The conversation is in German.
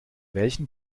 welchen